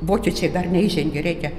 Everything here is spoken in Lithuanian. vokiečiai dar neįžengė reikia